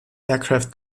aircraft